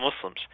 Muslims